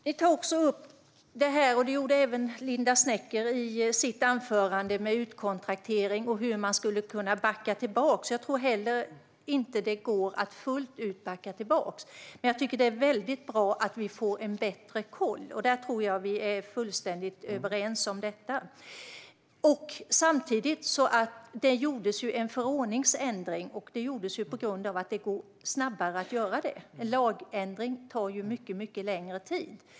Ni tar också, och det gjorde även Linda Snecker i sitt anförande, upp detta med utkontraktering och hur man skulle kunna backa tillbaka. Jag tror inte att det går att fullt ut göra det, men jag tycker att det är väldigt bra att vi får bättre koll. Jag tror att vi är fullständigt överens om detta. Samtidigt gjordes en förordningsändring, på grund av att det går snabbare. En lagändring tar ju mycket längre tid.